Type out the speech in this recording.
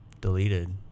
deleted